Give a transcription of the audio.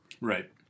Right